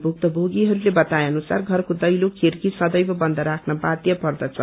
भुक्तभोगीहरूले बताए अनुसार घरको दैलो खिड़की राँदैव बन्द राख्न बाध्य पर्दछ